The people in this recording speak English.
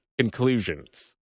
conclusions